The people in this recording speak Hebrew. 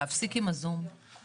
להפסיק עם הזום.